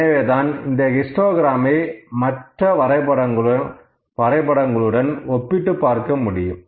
எனவேதான் இந்த ஹிஸ்டோகிரம் ஐ மற்ற வரைபடங்களுடன் ஒப்பிட்டு பார்க்க முடியும்